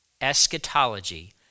Eschatology